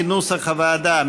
כנוסח הוועדה,